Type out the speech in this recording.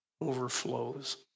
overflows